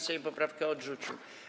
Sejm poprawkę odrzucił.